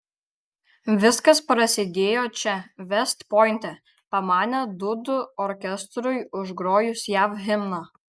viskas prasidėjo čia vest pointe pamanė dūdų orkestrui užgrojus jav himną